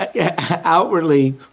outwardly